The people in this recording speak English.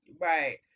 Right